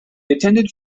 attended